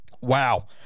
Wow